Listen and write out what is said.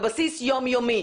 על בסיס יום יומי,